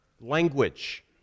language